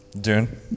Dune